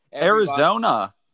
Arizona